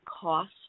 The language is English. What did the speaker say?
cost